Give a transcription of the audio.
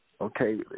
Okay